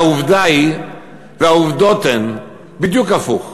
העובדות הן בדיוק הפוכות.